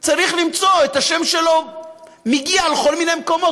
צריך למצוא את השם שלו מגיע לכל מיני מקומות